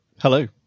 Hello